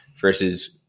versus